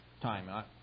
time